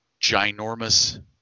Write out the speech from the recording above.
ginormous